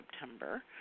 September